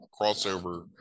crossover